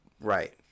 Right